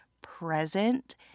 present